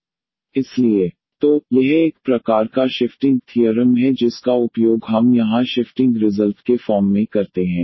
इसलिए 1fDeaxVeax1fDaV तो यह एक प्रकार का शिफ्टिंग थीयरम है जिसका उपयोग हम यहां शिफ्टिंग रिजल्ट के फॉर्म में करते हैं